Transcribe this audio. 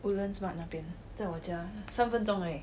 woodlands mart 那边在我家三分钟而已